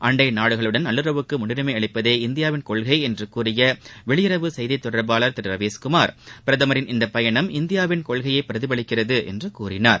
அண்டைநாடுகளுடன் நல்லுறவுக்குமுன்னுரிமைஅளிப்பதே இந்தியாவின் கொள்கைஎன்றுகூறியவெளியுறவு செய்திதொடர்பாளர் திருரவிஷ்குமார் பிரதமரின் இந்தபயணம் இந்தியாவின் கொள்கையைபிரதிபலிக்கிறதுஎன்றார்